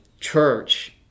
church